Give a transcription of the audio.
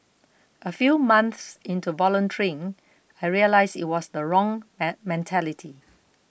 a few months into volunteering I realised it was the wrong an mentality